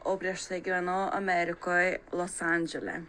o prieš tai gyvenau amerikoj los andžele